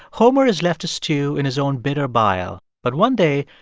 homer is left to stew in his own bitter bile. but one day,